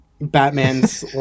Batman's